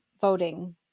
voting